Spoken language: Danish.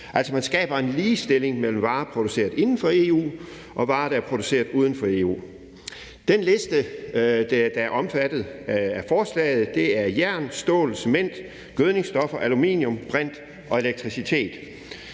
Man skaber altså en ligestilling mellem varer, der er produceret inden for EU, og varer, der er produceret uden for EU. Den liste, der er omfattet af forslaget, indeholder jern, stål, cement, gødningsstoffer, aluminium, brint og elektricitet.